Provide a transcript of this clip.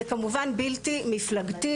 זה כמובן בלתי מפלגתי,